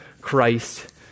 Christ